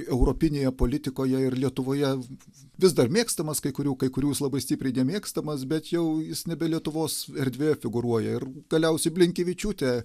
europinėje politikoje ir lietuvoje vis dar mėgstamas kai kurių kai kurių jis labai stipriai nemėgstamas bet jau jis nebe lietuvos erdvėje figūruoja ir galiausiai blinkevičiūtė